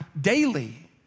daily